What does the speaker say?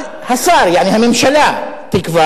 אבל השר, יעני, הממשלה תקבע